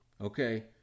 Okay